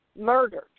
Murdered